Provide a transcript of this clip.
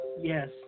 Yes